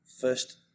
First